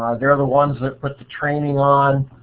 ah they're the ones that put the training on.